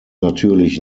natürlich